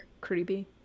creepy